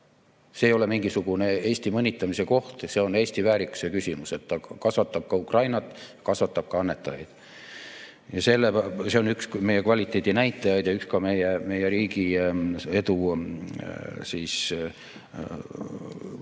See ei ole mingisugune Eesti mõnitamise koht, see on Eesti väärikuse küsimus, et ta kasvatab ka Ukrainat, kasvatab ka annetajaid. See on üks meie kvaliteedinäitajaid ja ka üks meie riigi edu põhjusi.